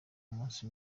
umunsi